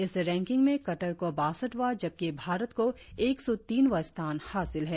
इस रैंकिंग में कतर को बासठवां जबकि भारत को एक सौ तीनवां स्थान हासिल है